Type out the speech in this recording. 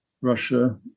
Russia